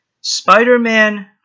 Spider-Man